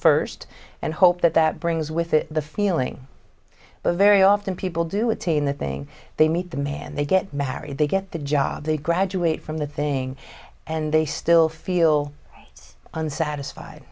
first and hope that that brings with it the feeling but very often people do attain the thing they meet the man they get married they get the job they graduate from the thing and they still feel unsatisfied